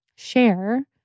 share